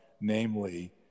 namely